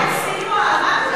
אין סיוע.